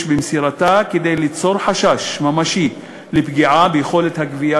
במסירתה כדי ליצור חשש ממשי לפגיעה ביכולת הגבייה